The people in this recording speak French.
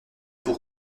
pour